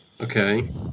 Okay